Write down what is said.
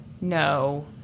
No